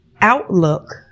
outlook